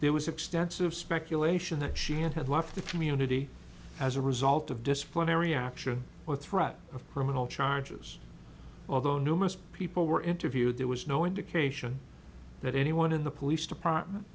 there was extensive speculation that she had left the community as a result of disciplinary action or threat of criminal charges although numerous people were interviewed there was no indication that anyone in the police department